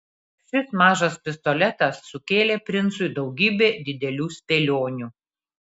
šis mažas pistoletas sukėlė princui daugybę didelių spėlionių